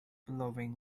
billowing